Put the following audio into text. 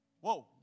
Whoa